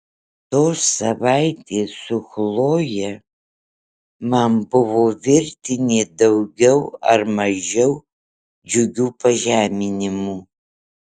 tos savaitės su chloje man buvo virtinė daugiau ar mažiau džiugių pažeminimų